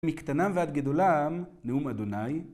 מקטנה ועד גדולם נאום אדוני.